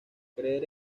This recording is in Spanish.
creer